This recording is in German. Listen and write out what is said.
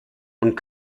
und